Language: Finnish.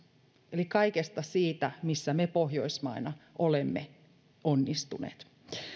eli kaikesta siitä missä me pohjoismaina olemme onnistuneet